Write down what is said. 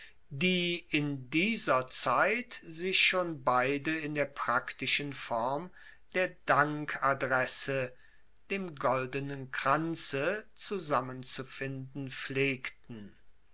die in dieser zeit sich schon beide in der praktischen form der dankadresse dem goldenen kranze zusammenzufinden pflegten